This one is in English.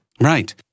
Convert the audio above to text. right